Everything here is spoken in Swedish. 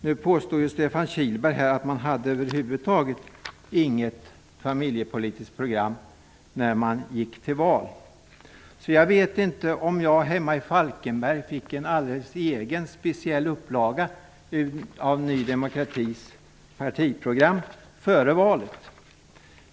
Nu påstår Stefan Kihlberg att man över huvud taget inte hade något familjepolitiskt program när man gick till val. Jag vet inte om jag hemma i Falkenberg fick en alldeles egen speciell upplaga av Ny demokratis partiprogram före valet.